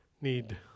need